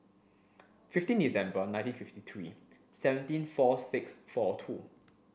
fifteen December nineteen fifty three seventeen four six four two